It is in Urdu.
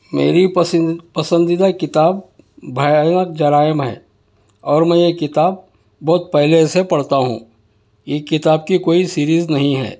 میری پسند پسندیدہ کتاب بھیانک جرائم ہے اور میں یہ کتاب بہت پہلے سے پڑھتا ہوں یہ کتاب کی کوئی سیریز نہیں ہے